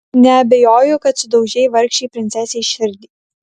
neabejoju kad sudaužei vargšei princesei širdį